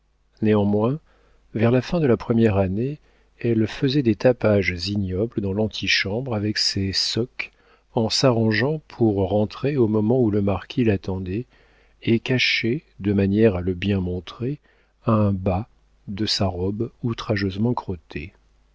néanmoins vers la fin de la première année elle faisait des tapages ignobles dans l'antichambre avec ses socques en s'arrangeant pour rentrer au moment où le marquis l'attendait et cachait de manière à le bien montrer un bas de sa robe outrageusement crotté